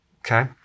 Okay